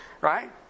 right